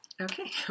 Okay